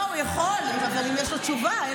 לא, הוא יכול, אבל אם יש לו תשובה.